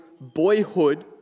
boyhood